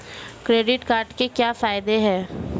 Credit card के क्या फायदे हैं?